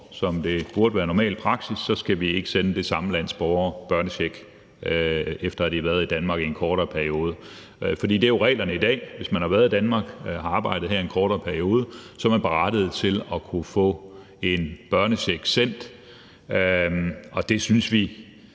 som det burde være normal praksis, så skal vi ikke sende det samme lands borgere børnecheck, efter at de har været i Danmark i en kortere periode. For det er jo reglerne i dag: at hvis man har været i Danmark og arbejdet her i en kortere periode, så er man berettiget til at kunne få sendt en børnecheck. Det synes vi